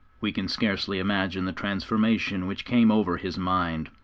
we can scarcely imagine the transformation which came over his mind.